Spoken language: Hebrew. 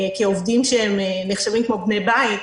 כעובדים שנחשבים כמו בני בית.